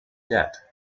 debt